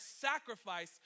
sacrifice